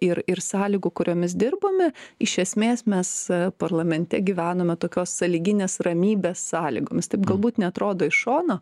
ir ir sąlygų kuriomis dirbome iš esmės mes parlamente gyvenome tokios sąlyginės ramybės sąlygomis taip galbūt neatrodo iš šono